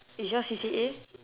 is yours C_C_A